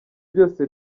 byose